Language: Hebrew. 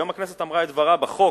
היום הכנסת אמרה את דברה בחוק,